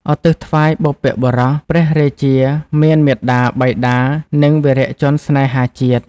ឧទ្ទិសថ្វាយបុព្វបុរស ព្រះរាជាមានមាតា បិតា និងវីរជនស្នេហាជាតិ។